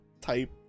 type